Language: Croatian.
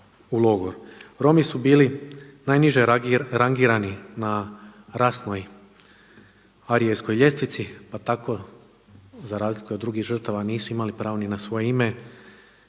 Romi su bili najniže rangirani na rasnoj arijevskoj ljestvici, pa tako za razliku od drugih žrtava nisu imali pravo ni na svoje ime